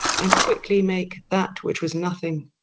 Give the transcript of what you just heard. and quickly make that, which was nothing,